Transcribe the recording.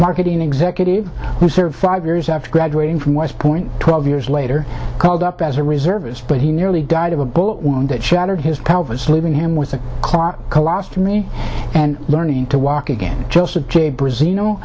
marketing executive who served five years after graduating from west point twelve years later called up as a reservist but he nearly died of a bullet wound that shattered his pelvis leaving him with a client and learning to walk again just to brazil you know